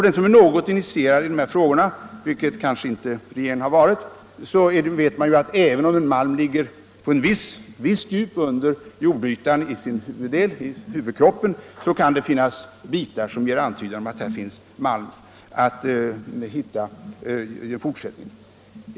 Den som är något initierad i dessa frågor —- vilket regeringen kanske inte har varit — vet att det även om malmens huvudkropp ligger på större djup under jordytan kan finnas bitar närmare denna som antyder malmförekomster längre ner.